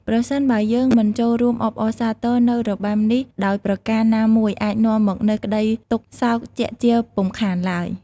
ប្រសិនបើយើងមិនចូលរួមអបអរសាទរនូវរបាំនេះដោយប្រការណាមួយ អាចនាំមកនូវក្ដីទុក្ខសោកជាក់ជាពុំខានឡើយ។